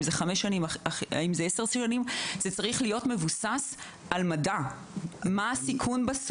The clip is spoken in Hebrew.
זה צריך להיות מבוסס על מדע ועל הערכת הסיכון.